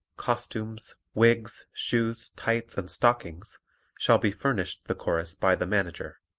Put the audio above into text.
costumes, wigs, shoes, tights and stockings shall be furnished the chorus by the manager.